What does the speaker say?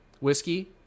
whiskey